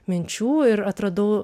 minčių ir atradau